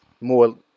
more